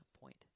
point